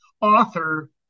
author